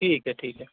ٹھیک ہے ٹھیک ہے